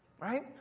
Right